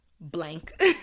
blank